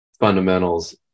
fundamentals